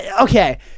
Okay